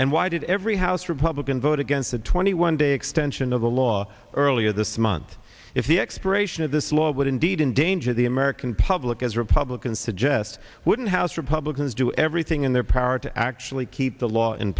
and why did every house republican vote against it any one day extension of the law earlier this month if the expiration of this law would indeed endangered the american public as republicans suggest wouldn't house republicans do everything in their power to actually keep the law in